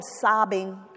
sobbing